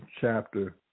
chapter